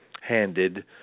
handed